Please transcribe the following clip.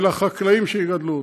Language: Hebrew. ולחקלאים שיגדלו אותו.